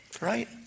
Right